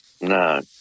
No